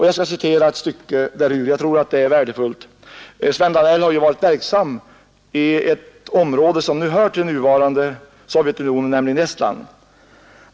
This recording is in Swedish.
Jag skall citera ett stycke ur artikeln, eftersom jag tror att det är värdefullt — Sven Danell har varit verksam i ett område som hör till nuvarande Sovjetunionen, nämligen Estland.